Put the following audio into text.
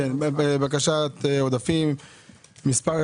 בקשת עודפים מס'